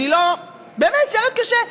באמת סרט קשה.